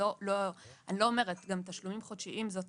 גם תשלומים חודשיים הם אופציה.